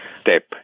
step